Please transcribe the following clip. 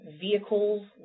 vehicles